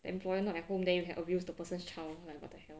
the employer not at home then you can abuse the person's child like what the hell